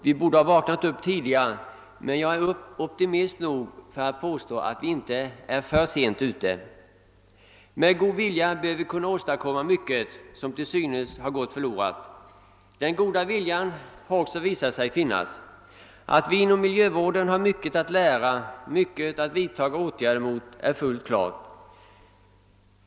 Vi borde ha vaknat upp tidigare, men jag är optimistisk nog att påstå att vi inte är för sent ute. Med god vilja bör vi kunna återställa mycket som till synes har gått till spillo. Den goda viljan har också visat sig finnas. Att vi inom miljövården har mycket att lära och mycket att göra är fullt klart.